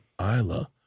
Isla